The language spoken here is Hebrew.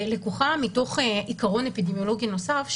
לקוחה מתוך עיקרון אפידמיולוגי נוסף,